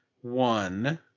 one